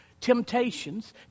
temptations